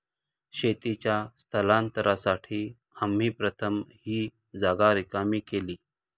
शेतीच्या स्थलांतरासाठी आम्ही प्रथम ही जागा रिकामी केली